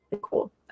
cool